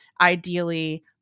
ideally